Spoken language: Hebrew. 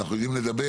אנחנו יודעים לדבר.